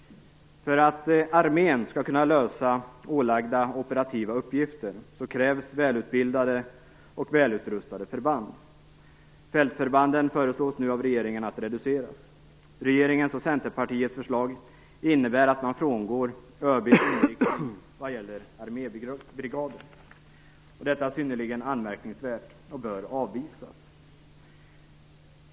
För att armén skall kunna lösa ålagda, operativa uppgifter krävs välutbildade och välutrustade förband. Regeringens och Centerpartiets förslag innebär att man frångår ÖB:s inriktning vad gäller armébrigader. Detta är synnerligen anmärkningsvärt och bör avvisas.